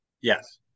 yes